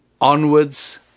onwards